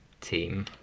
team